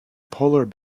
polar